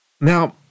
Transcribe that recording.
Now